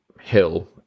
hill